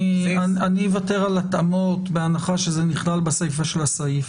אני אוותר על התאמות בהנחה שזה נכלל בסיפא של הסעיף.